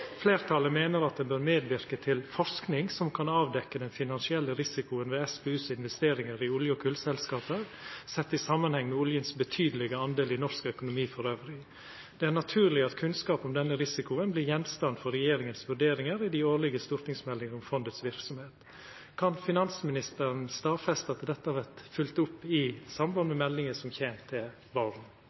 mener at en bør medvirke til forskning som kan avdekke den finansielle risikoen ved SPUs investeringer i olje- og kullselskaper, sett i sammenheng med oljens betydelige andel i Norges økonomi for øvrig. Det er naturlig at kunnskap om denne risikoen blir gjenstand for regjeringens vurderinger i de årlige stortingsmeldinger om fondets virksomhet.» Kan finansministeren stadfesta at dette vert følgt opp i samband med meldinga som kjem til